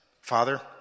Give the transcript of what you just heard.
Father